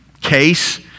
case